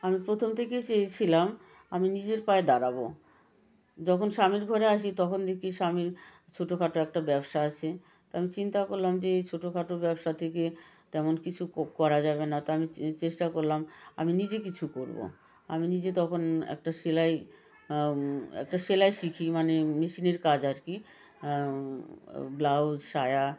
আমি প্রথম থেকেই চেয়েছিলাম আমি নিজের পায়ে দাঁড়াব যখন স্বামীর ঘরে আসি তখন দেখি স্বামীর ছোটখাটো একটা ব্যবসা আছে তো আমি চিন্তা করলাম যে এই ছোটখাটো ব্যবসা থেকে তেমন কিছু করা যাবে না তো আমি চেষ্টা করলাম আমি নিজে কিছু করব আমি নিজে তখন একটা সেলাই একটা সেলাই শিখি মানে মেশিনের কাজ আর কি ব্লাউজ সায়া